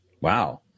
Wow